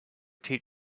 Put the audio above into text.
going